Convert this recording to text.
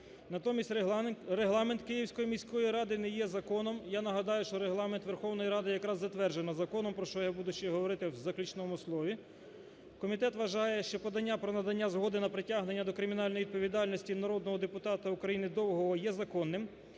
Натомість регламент Київської міської ради не є законом. Я нагадаю, що Регламент Верховної Ради якраз затверджено законом, про що я буду ще говорити в заключному слові. Комітет вважає, що подання про надання згоди на притягнення до кримінальної відповідальності народного депутата України Довгого є законним,